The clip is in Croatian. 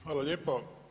Hvala lijepo.